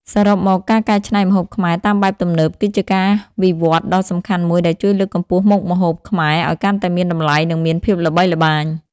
សរុបមក ការកែច្នៃម្ហូបខ្មែរតាមបែបទំនើប គឺជាការវិវត្តដ៏សំខាន់មួយដែលជួយលើកកម្ពស់មុខម្ហូបខ្មែរឲ្យកាន់តែមានតម្លៃ និងមានភាពល្បីល្បាញ។